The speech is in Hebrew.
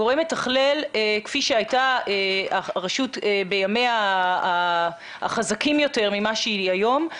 גורם מתכלל כפי שהייתה הרשות בימיה החזקים יותר ממה שהיא היום,